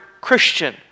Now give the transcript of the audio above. Christian